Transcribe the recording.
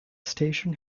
station